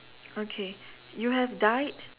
okay you have died